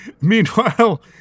Meanwhile